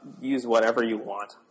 use-whatever-you-want